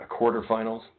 quarterfinals